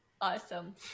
Awesome